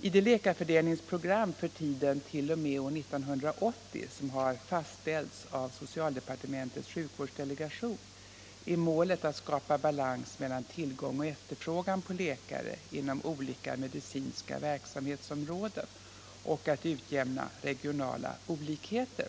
I det läkarfördelningsprogram för tiden t.o.m. år 1980 som har fastställts av socialdepartementets sjukvårdsdelegation är målet att skapa balans mellan tillgång och efterfrågan på läkare inom olika medicinska verksamhetsområden och att utjämna regionala olikheter.